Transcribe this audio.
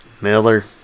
Miller